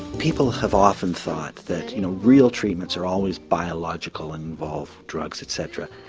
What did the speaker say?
people have often thought that you know real treatments are always biological and involve drugs etc.